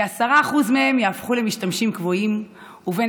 כ-10% מהם יהפכו למשתמשים קבועים ובין